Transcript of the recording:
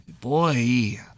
Boy